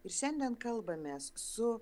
ir šiandien kalbamės su